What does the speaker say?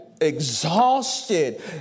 exhausted